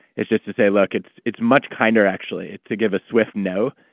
it's just to say, look, it's it's much kinder actually to give a swift no,